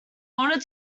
honour